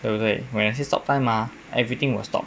对不对 when I say stop time ah everything will stop